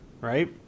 right